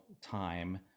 time